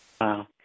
Wow